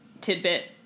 tidbit